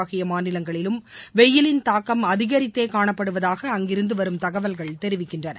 ஆகியமாநிலங்களிலும் வெய்யிலின் தாக்கம் அதிகரித்தேகாணப்படுபதாக அங்கிருந்துவரும் தகவல்கள் தெரிவிக்கின்றன